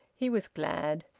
he was glad.